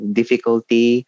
difficulty